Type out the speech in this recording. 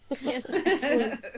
yes